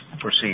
proceed